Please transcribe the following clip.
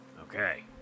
Okay